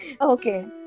Okay